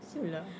[siol] lah